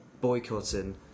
boycotting